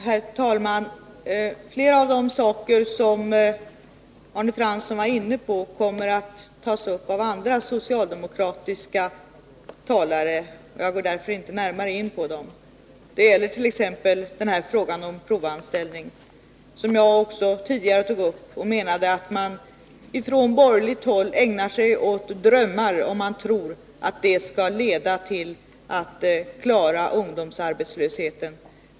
Herr talman! Flera av de saker som Arne Fransson var inne på kommer att tas upp av andra socialdemokratiska talare. Jag går därför inte närmare in på dem. Det gäller t.ex. frågan om provanställning, som jag också tidigare tog upp. Jag menade att man på borgerligt håll ägnar sig åt drömmar, om man tror att provanställningar skall leda till att vi klarar av ungdomsarbetslösheten.